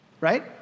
Right